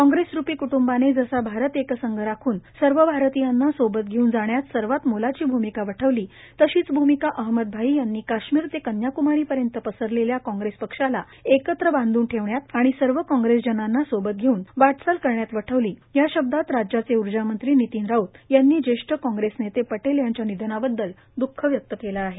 काँग्रेसरुपी क्टूंबाने जसा भारत एकसंघ राखून सर्व भारतीयांना सोबत घेऊन जाण्यात सर्वात मोलाची भूमिका वठवली तशीच भूमिका अहमदभाई यांनी काश्मीर ते कन्याक्मारीपर्यंत पसरलेल्या काँग्रेस पक्षाला एकत्र बांधून ठेवण्यात आणि सर्व काँग्रेसजनांना सोबत घेऊन वाटचाल करण्यात वठवली या शब्दात राज्याचे ऊर्जा मंत्री नितीन राऊत यांनी जेष्ठ कॉंग्रेसनेते पटेल यांच्या निधनाबददल दुख व्यक्त केले आहे